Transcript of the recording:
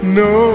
no